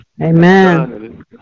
Amen